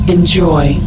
Enjoy